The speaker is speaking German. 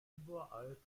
überall